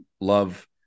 love